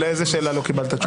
לאיזו שאלה לא קיבלת תשובה?